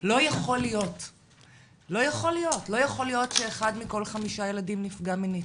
לא יכול להיות שאחד מכל חמישה ילדים נפגע מינית,